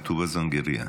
בטובא-זנגרייה.